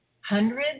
hundreds